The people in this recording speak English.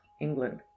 England